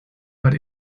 but